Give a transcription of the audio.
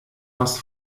was